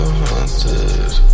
haunted